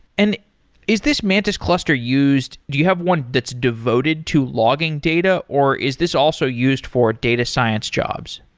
and is this mantis cluster used do you have one that's devoted to logging data, or is this also used for data science jobs?